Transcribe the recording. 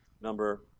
number